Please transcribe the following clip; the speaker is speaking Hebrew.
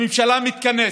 הממשלה מתכנסת.